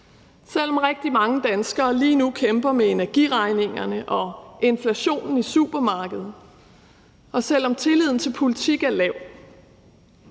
selv om rigtig mange danskere lige nu kæmper med energiregningerne og inflationen i supermarkedet, og selv om tilliden til politik er lav,